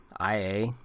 IA